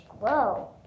glow